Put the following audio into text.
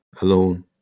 alone